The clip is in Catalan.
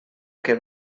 que